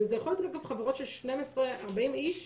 וזה יכול להיות אגב חברות של 12 או 40 איש,